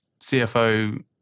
CFO